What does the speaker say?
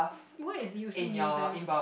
what is e_u_c news ah